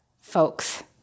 folks